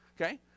okay